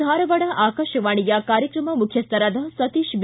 ಧಾರವಾಡ ಆಕಾಶವಾಣಿಯ ಕಾರ್ಯಕ್ರಮ ಮುಖ್ಜಸ್ಥರಾದ ಸತೀಶ ಬಿ